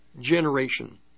generation